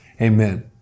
amen